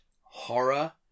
horror